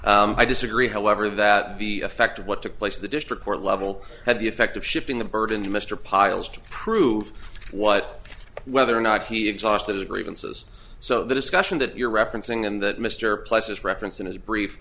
i disagree however that be affected what took place in the district court level had the effect of shifting the burden to mr pyles to prove what whether or not he exhausted the grievances so the discussion that you're referencing in that mr plessis referenced in his brief